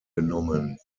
genommen